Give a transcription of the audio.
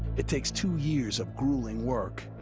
it takes two years of grueling work,